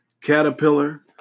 caterpillar